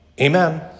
amen